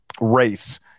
race